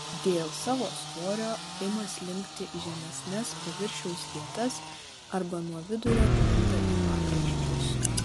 dėl savo svorio ima slinkti į žemesnes paviršiaus vietas arba nuo vidurio plinta į pakraščius